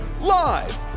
live